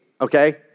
okay